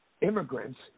immigrants